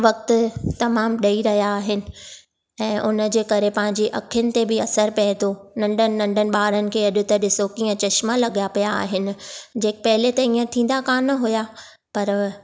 वक़्तु तमामु ॾेई रहिया आहिनि ऐं हुन जे करे पंहिंजी अखियुनि ते बि असरु पए थो नंढनि नंढनि ॿारनि खे अॾु त ॾिसो कीअं चश्मा लॻिया पिया आहिनि जे पहिरियों त हीअं थींदा कोन हुआ